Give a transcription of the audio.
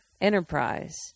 Enterprise